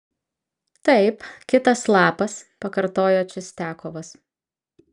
taip kitas lapas pakartojo čistiakovas